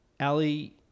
Ali